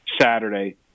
Saturday